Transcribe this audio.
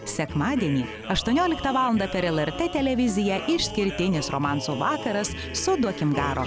sekmadienį aštuonioliktą valandą per lrt televiziją išskirtinis romansų vakaras su duokim garo